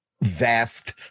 vast